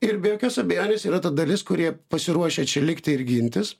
ir be jokios abejonės yra ta dalis kurie pasiruošę čia likti ir gintis